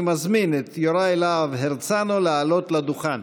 אני מזמין את יוראי להב הרצנו לעלות לדוכן.